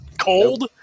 cold